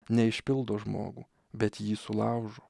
ne išpildo žmogų bet jį sulaužo